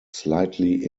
slightly